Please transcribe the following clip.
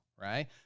right